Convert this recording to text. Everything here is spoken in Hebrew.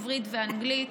עברית ואנגלית,